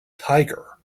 tiger